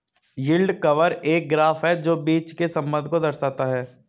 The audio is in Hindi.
यील्ड कर्व एक ग्राफ है जो बीच के संबंध को दर्शाता है